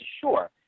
Sure